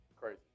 Crazy